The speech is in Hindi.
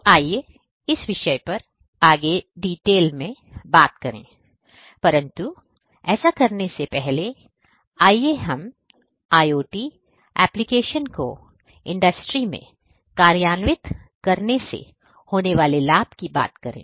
तो आइए इस विषय पर आगे डिटेल में बात करें परंतु ऐसा करने से पहले आइए हम IOT एप्लीकेशनको इंडस्ट्री में कार्यान्वित करने से होने वाले लाभ की बात करें